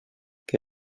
que